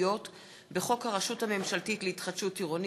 טעויות בחוק הרשות הממשלתית להתחדשות עירונית,